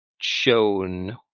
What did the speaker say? shown